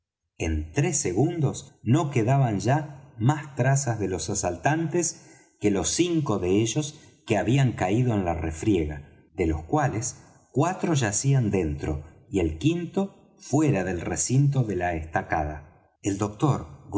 en tres segundos no quedaban ya más trazas de los asaltantes que los cinco de ellos que habían caído en la refriega de los cuales cuatro yacían dentro y el quinto fuera del recinto de la estacada el doctor